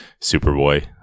Superboy